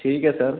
ठीक है सर